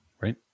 Right